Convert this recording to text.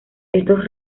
estos